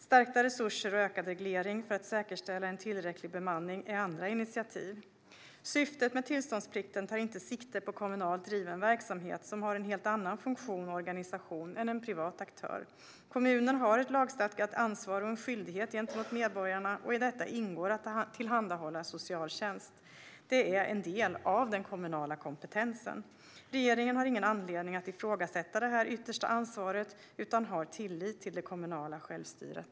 Stärkta resurser och ökad reglering för att säkerställa tillräcklig bemanning är andra initiativ. Syftet med tillståndsplikten är inte att ta sikte på kommunalt driven verksamhet, som har en helt annan funktion och organisation än en privat aktör. Kommuner har ett lagstadgat ansvar och en skyldighet gentemot medborgarna, och i detta ingår att tillhandahålla en socialtjänst. Det är en del av den kommunala kompetensen. Regeringen har ingen anledning att ifrågasätta detta yttersta ansvar, utan vi har tillit till det kommunala självstyret.